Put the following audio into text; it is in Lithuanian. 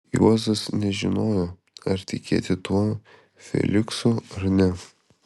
juozas nežinojo ar tikėti tuo feliksu ar ne